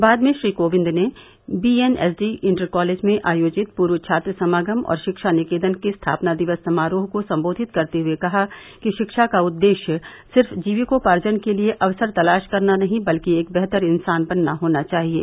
बाद में श्री कोविंद ने बीएनएसडी इंटर कॉलेज में आयोजित पूर्व छात्र समागम और शिक्षा निकेतन के स्थापना दिवस समारोह को संबोधित करते हुए कहा कि शिक्षा का उद्देश्य सिर्फ जीविकोपार्जन के लिये अवसर तलाश करना नहीं बल्कि एक बेहतर इंसान बनना होना चाहिये